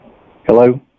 Hello